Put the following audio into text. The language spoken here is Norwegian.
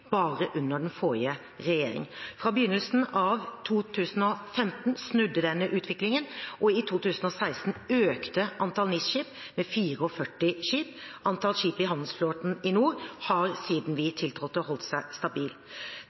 bare under den forrige regjeringen. Fra begynnelsen av 2015 snudde denne utviklingen, og i 2016 økte antall NIS-skip med 44. Antall skip i handelsflåten i NOR har siden vi tiltrådte, holdt seg